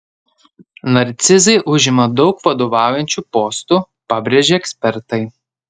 narcizai užima daug vadovaujančių postų pabrėžia ekspertai